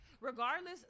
Regardless